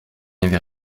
avait